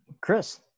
Chris